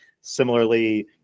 Similarly